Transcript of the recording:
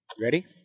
Ready